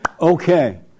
Okay